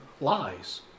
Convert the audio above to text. lies